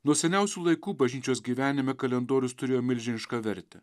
nuo seniausių laikų bažnyčios gyvenime kalendorius turėjo milžinišką vertę